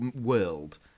world